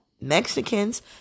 Mexicans